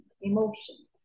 emotion